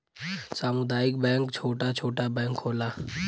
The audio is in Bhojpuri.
सामुदायिक बैंक छोटा छोटा बैंक होला